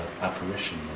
apparition